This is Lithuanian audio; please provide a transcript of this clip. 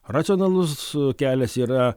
racionalus kelias yra